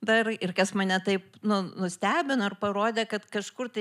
dar ir kas mane taip nu nustebino ir parodė kad kažkur tai